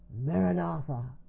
Maranatha